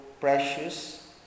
precious